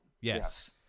Yes